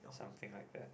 something like that